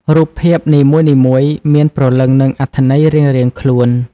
រូបភាពនីមួយៗមានព្រលឹងនិងអត្ថន័យរៀងៗខ្លួន។